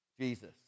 Jesus